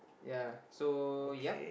ya so yea